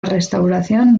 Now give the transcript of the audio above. restauración